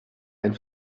ein